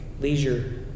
Leisure